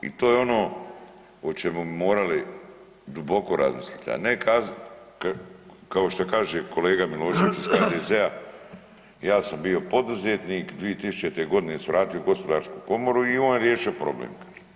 I to je ono o čemu bi morali duboko razmisliti, a ne kazati kao što kaže kolega Milošević iz HDZ-a ja sam bio poduzetnik 2000. godine se vratio u gospodarsku komoru i on je riješio problem.